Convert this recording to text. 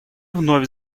вновь